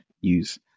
use